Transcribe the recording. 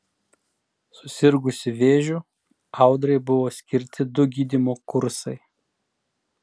susirgusi vėžiu audrai buvo skirti du gydymo kursai